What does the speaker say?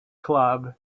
club